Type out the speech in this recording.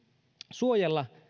suojella